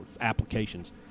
applications